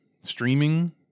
streaming